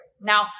Now